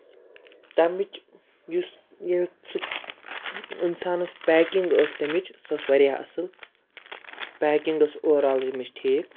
تَمِچ یُس یہِ اِنسانَس پیکِنٛگ ٲسۍ تَمِچ سۄ ٲسۍ واریاہ اَصٕل پیکِنٛگ ٲسۍ اوٚور آل اَمِچ ٹھیٖک